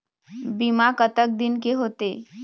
बीमा कतक दिन के होते?